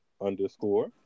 underscore